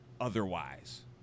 otherwise